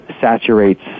saturates